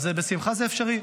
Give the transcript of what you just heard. אז בשמחה, זה אפשרי,